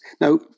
Now